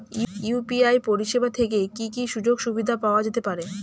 UPI পরিষেবা থেকে কি কি সুযোগ সুবিধা পাওয়া যেতে পারে?